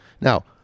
Now